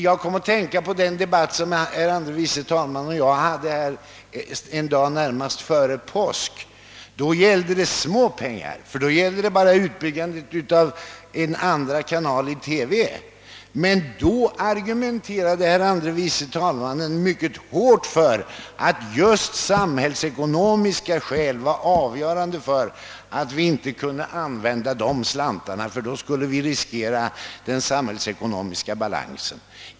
Jag kom att tänka på den debatt som herr andre vice talmannen och jag hade en dag omedelbart före påsk. Då gällde det små pengar, nämligen vad det skulle kosta att få en andra kanal i TV. Men då betonade herr andre vice talmannen mycket kraftigt att just samhällsekonomiska skäl talade för att vi inte skulle anslå dessa slantar; vi skulle därigenom riskera den samhällsekonomiska balansen.